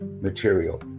material